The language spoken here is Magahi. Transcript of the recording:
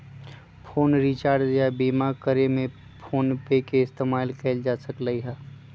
फोन रीचार्ज या बीमा करे में फोनपे के इस्तेमाल कएल जा सकलई ह